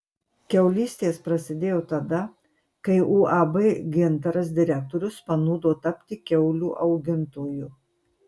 kiaulystės prasidėjo tada kai uab gintaras direktorius panūdo tapti kiaulių augintoju